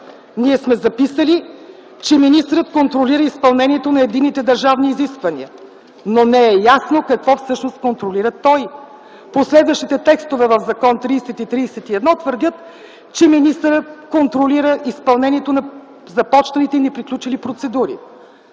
Ние сме записали, че министърът контролира изпълнението на единните държавни изисквания, но не е ясно какво всъщност контролира той. В последващите текстове в закона – членове 30 и 31, се твърди, че министърът контролира изпълнението на започналите и неприключили процедури